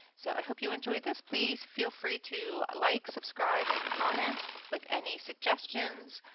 so i hope you enjoyed this. please feel free to like, subscribe and comment with any suggestions